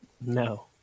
No